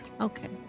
okay